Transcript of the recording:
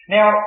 Now